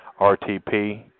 RTP